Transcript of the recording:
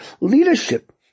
leadership